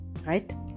right